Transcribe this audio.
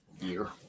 year